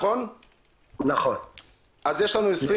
אז יש לנו 33